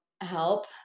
help